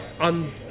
on